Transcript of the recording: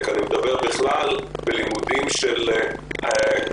אני מדבר בכלל בלימודים גבוהים,